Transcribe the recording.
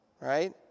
Right